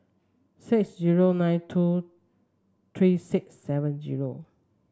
six zero nine two three six seven zero